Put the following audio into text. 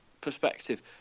perspective